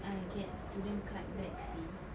I get student card back seh